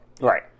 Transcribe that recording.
Right